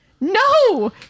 No